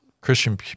Christian